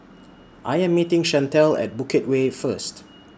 I Am meeting Chantelle At Bukit Way First